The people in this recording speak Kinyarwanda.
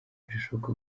birashoboka